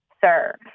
Sir